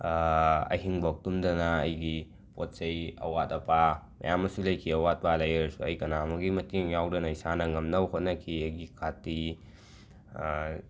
ꯑꯍꯤꯡ ꯕꯣꯛ ꯇꯨꯝꯗꯅ ꯑꯩꯒꯤ ꯄꯣꯠ ꯆꯩ ꯑꯋꯥꯠ ꯑꯄꯥ ꯃꯌꯥꯝꯃꯁꯨ ꯂꯩꯈꯤ ꯑꯋꯥꯠ ꯑꯄꯥ ꯂꯩꯔꯁꯨ ꯑꯩ ꯀꯅꯥꯃꯒꯤ ꯃꯇꯦꯡ ꯌꯥꯎꯗꯅ ꯏꯁꯥꯅ ꯉꯝꯅꯕ ꯍꯣꯠꯅꯈꯤ ꯑꯩꯒꯤ ꯀꯥꯇꯤ